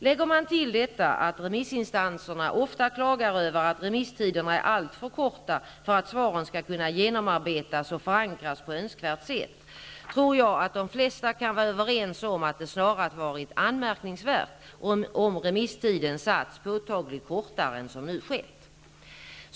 Lägger man till detta att remissinstanserna ofta klagar över att remisstiderna är alltför korta för att svaren skall kunna genomarbetas och förankras på ett önskvärt sätt, tror jag att de flesta kan vara överens om att det snarast varit anmärkningsvärt om remisstiden satts påtagligt kortare än som nu skett.